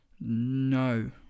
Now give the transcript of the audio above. no